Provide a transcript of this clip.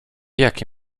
jaki